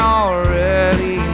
already